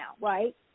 right